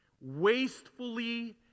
wastefully